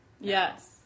Yes